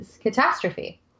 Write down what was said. Catastrophe